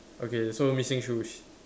okay so missing shoes